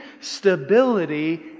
stability